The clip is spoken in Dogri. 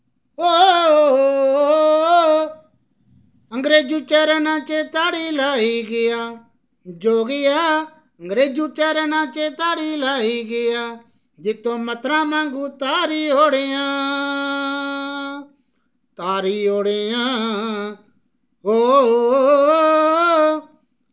ओ अंग्रेजू चरनां च ताड़ी लाई गेआ जोगिया अंग्रेजू चरनां च ताड़ी लाई गेआ जित्तू मत्तरा मांगू तारी ओड़ेआ तारी ओड़ेआ ओ